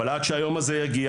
אבל עד שהיום הזה יגיע,